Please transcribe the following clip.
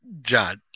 John